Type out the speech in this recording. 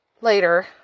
later